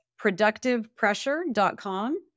productivepressure.com